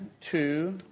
two